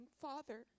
father